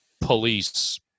police